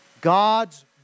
God's